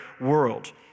world